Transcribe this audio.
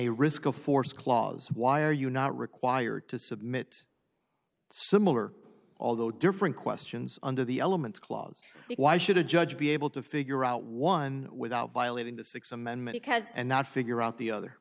a risk of force clause why are you not required to submit similar although different questions under the elements clause why should a judge be able to figure out one without violating the six amendment because and not figure out the other